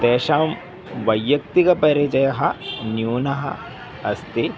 तेषां वैयक्तिकः परिचयः न्यूनम् अस्ति